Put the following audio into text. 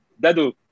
Dado